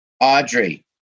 Audrey